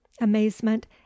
amazement